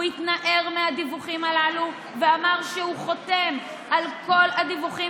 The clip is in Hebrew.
הוא התנער מהדיווחים הללו ואמר שהוא חותם על כל הדיווחים